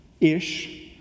Ish